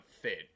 fit